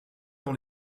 dont